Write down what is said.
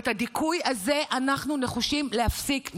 ואת הדיכוי הזה אנחנו נחושים להפסיק.